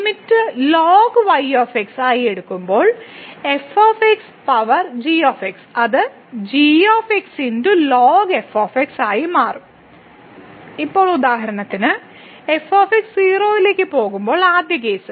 limit ln y ആയി എടുക്കുമ്പോൾ f power g അത് g ln f ആയി മാറും ഇപ്പോൾ ഉദാഹരണത്തിന് f 0 ലേക്ക് പോകുമ്പോൾ ആദ്യ കേസ്